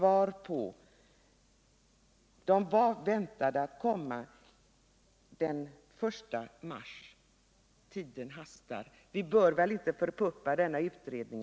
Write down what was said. Direktiven väntades komma den 1 mars. Tiden hastar. Vi bör väl inte förpuppa denna utredning?